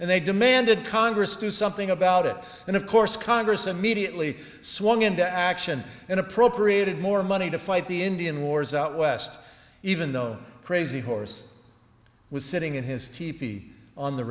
and they demanded congress do something about it and of course congress immediately swung into action and appropriated more money to fight the indian wars out west even though crazy horse was sitting in his teepee on the